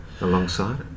alongside